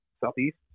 Southeast